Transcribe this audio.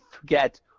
forget